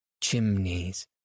chimneys